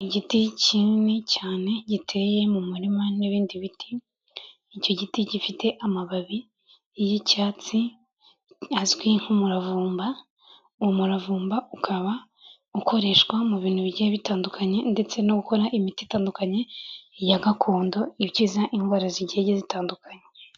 Igiti kinini cyane giteye mu murima n'ibindi biti, icyo giti gifite amababi y'icyatsi azwi nk'umuravumba, umuravumba ukaba ukoreshwa mu bintu bigiye bitandukanye ndetse no gukora imiti itandukanye ya gakondo, ikiza indwara zigiye zitandukanye.